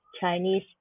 chinese